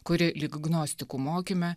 kuri lyg gnostikų mokyme